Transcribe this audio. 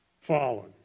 fallen